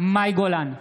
מאי גולן,